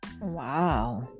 Wow